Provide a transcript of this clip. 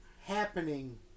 happening